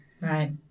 right